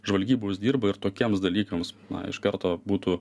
žvalgybos dirba ir tokiems dalykams na iš karto būtų